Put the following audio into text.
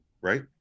right